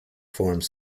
forms